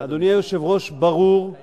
לסדרן השר בני בגין.